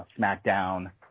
SmackDown